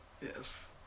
Yes